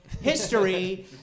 history